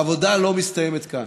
העבודה לא מסתיימת כאן.